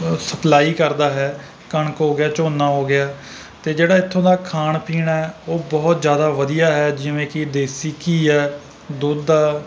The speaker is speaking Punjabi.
ਸਪਲਾਈ ਕਰਦਾ ਹੈ ਕਣਕ ਹੋ ਗਿਆ ਝੋਨਾ ਹੋ ਗਿਆ ਅਤੇ ਜਿਹੜਾ ਇੱਥੋਂ ਦਾ ਖਾਣ ਪੀਣ ਹੈ ਉਹ ਬਹੁਤ ਜ਼ਿਆਦਾ ਵਧੀਆ ਹੈ ਜਿਵੇਂ ਕਿ ਦੇਸੀ ਘੀ ਹੈ ਦੁੱਧ ਆ